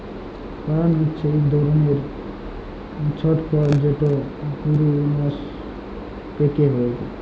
পালাম হছে ইক ধরলের ছট ফল যেট পূরুনস পাক্যে হয়